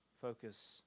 focus